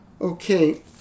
Okay